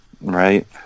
Right